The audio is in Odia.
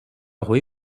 ହୋଇ